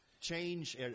change –